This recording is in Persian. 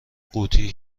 قوطی